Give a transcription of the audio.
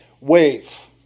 wave